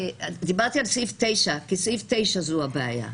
דיברתי על סעיף 9 כי סעיף 9 הוא הבעיה.